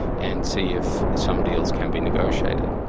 and see if some deals can be negotiated.